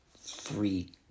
three